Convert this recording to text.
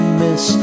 miss